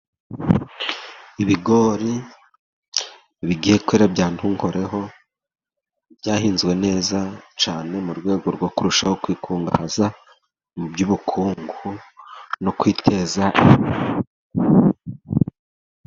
Ibigori bigiye kwera bya ntukoreho byahinzwe neza cyane mu rwego rwo kurushaho kwikungahaza mu by'ubukungu no kwiteza imbere.